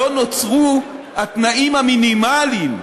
מעיד כאלף עדים על כך שלא נוצרו התנאים המינימליים,